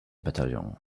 battalion